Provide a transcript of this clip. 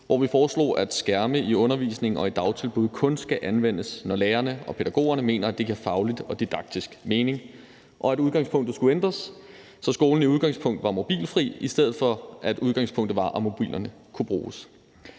hvor vi foreslog, at skærme i undervisningen og i dagtilbud kun skal anvendes, når lærerne og pædagogerne mener, at det fagligt og didaktisk giver mening, og at udgangspunktet skulle ændres, så skolen som udgangspunkt var mobilfri, i stedet for at udgangspunktet var, at mobilerne kunne bruges.